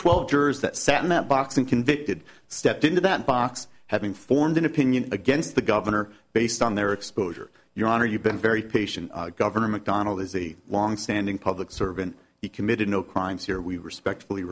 twelve jurors that sat in that box and convicted stepped into that box having formed an opinion against the governor based on their exposure your honor you've been very patient governor mcdonnell is a long standing public servant he committed no crimes here we respectfully